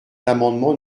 l’amendement